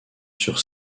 sur